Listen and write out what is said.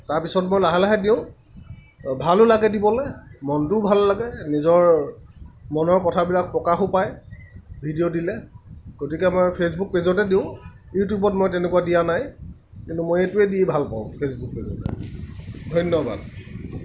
তাৰপিছত মই লাহে লাহে দিওঁ ভালো লাগে দিবলৈ মনটোও ভাল লাগে নিজৰ মনৰ কথাবিলাক প্ৰকাশো পায় ভিডিঅ' দিলে গতিকে মই ফেচবুক পেজতে দিওঁ ইউটিউবত মই তেনেকুৱা দিয়া নাই কিন্তু মই এইটোৱেই দি ভাল পাওঁ ফেচবুক পেজত ধন্যবাদ